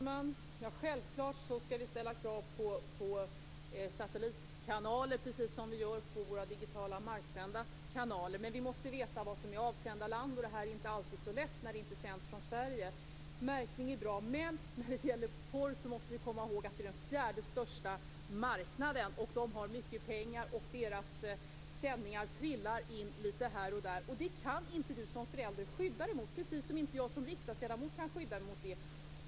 Fru talman! Självklart skall vi ställa krav på satellitkanaler, precis som vi gör på våra digitala, marksända kanaler. Men vi måste veta vilket avsändarlandet är. Det är inte alltid så lätt när programmen inte sänds från Sverige. Märkning är bra. Men vi måste komma ihåg att porr är den fjärde största marknaden, där man har mycket pengar. Porrsändningar trillar in lite här och där. Det kan du inte skydda dig mot som förälder, lika lite som jag som riksdagsledamot kan skydda mig mot det.